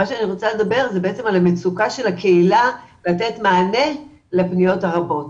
אני רוצה לדבר על המצוקה של הקהילה לתת מענה לפניות הרבות.